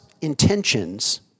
intentions